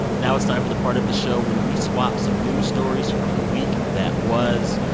now it's time for the part of the show when we swap some news stories from the week that was.